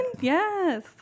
Yes